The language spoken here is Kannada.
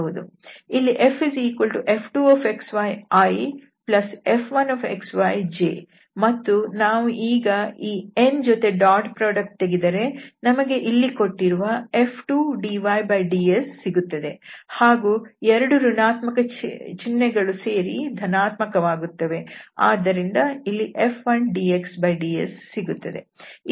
ಇಲ್ಲಿ FF2xyi F1xyj ಮತ್ತು ನಾವು ಈ n ಜೊತೆ ಡಾಟ್ ಪ್ರೊಡಕ್ಟ್ ತೆಗೆದರೆ ನಮಗೆ ಇಲ್ಲಿ ಕೊಟ್ಟಿರುವ F2dyds ಸಿಗುತ್ತದೆ ಹಾಗೂ 2 ಋಣಾತ್ಮಕ ಚಿಹ್ನೆಗಳು ಸೇರಿ ಧನಾತ್ಮಕವಾಗುತ್ತವೆ ಆದ್ದರಿಂದ ಇಲ್ಲಿ F1dxds ಸಿಗುತ್ತದೆ